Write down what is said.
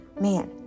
Man